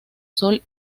sol